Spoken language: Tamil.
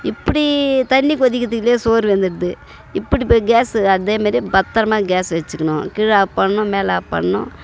இப்படி தண்ணி கொதிக்கறதுக்குள்ளேயே சோறு வெந்துடுது இப்படி ப கேஸு அதேமாரியே பத்திரமா கேஸு வச்சுக்கணும் கீழே ஆஃப் பண்ணணும் மேலே ஆஃப் பண்ணணும்